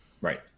Right